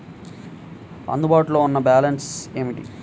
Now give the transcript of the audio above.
అందుబాటులో ఉన్న బ్యాలన్స్ ఏమిటీ?